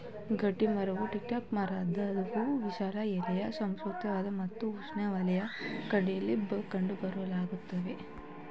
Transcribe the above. ಗಟ್ಟಿಮರವು ಡಿಕಾಟ್ ಮರವಾಗಿದ್ದು ವಿಶಾಲ ಎಲೆಗಳ ಸಮಶೀತೋಷ್ಣ ಮತ್ತು ಉಷ್ಣವಲಯದ ಕಾಡಲ್ಲಿ ಕಂಡುಬರ್ತವೆ